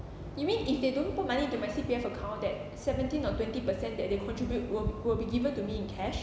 you mean if they don't put money into my C_P_F account that seventeen or twenty percent that they contribute will will be given to me in cash